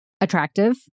attractive